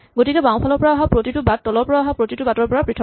গতিকে বাওঁফালৰ পৰা অহা প্ৰতিটো বাট তলৰ পৰা অহা প্ৰতিটো বাটৰ পৰা পৃথক